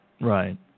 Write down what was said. Right